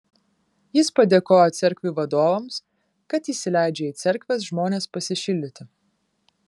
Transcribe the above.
jis padėkojo cerkvių vadovams kad įsileidžia į cerkves žmones pasišildyti